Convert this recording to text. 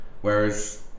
Whereas